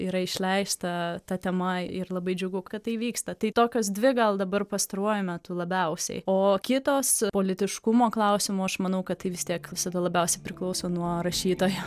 yra išleista ta tema ir labai džiugu kad tai vyksta tai tokios dvi gal dabar pastaruoju metu labiausiai o kitos politiškumo klausimu aš manau kad tai vis tiek visada labiausiai priklauso nuo rašytojo